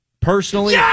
personally